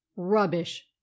Rubbish